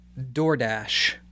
DoorDash